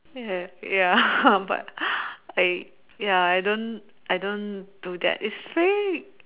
ya ya but I ya I don't I don't do that it's fake